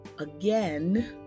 Again